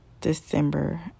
december